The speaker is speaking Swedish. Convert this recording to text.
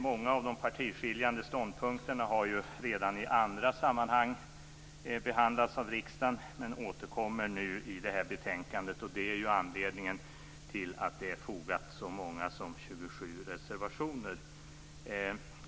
Många av de partiskiljande ståndpunkterna har redan i andra sammanhang behandlats av riksdagen, men återkommer nu i detta betänkande. Det är anledningen till att så många som 27 reservationer fogats till betänkandet.